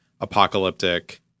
apocalyptic